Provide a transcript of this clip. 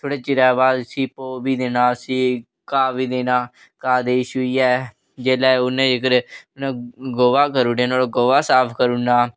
थोह्ड़े चिरै दे बाद भौऽ बी देना उसी घाऽ बी देना घाऽ देइयै जेल्लै उन्ने जेकर गोहा करी ओड़ेआ उन्नै नुहाड़ा गोहा साफ करी ओड़ना